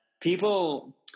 people